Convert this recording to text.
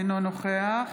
אינו נוכח